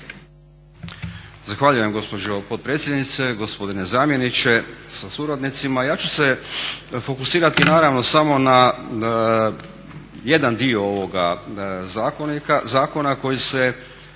Zahvaljujem gospođo potpredsjednice. Gospodine zamjeniče sa suradnicima. Ja ću se fokusirati samo na jedan dio zakona koji se